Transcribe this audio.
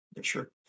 sure